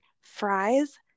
fries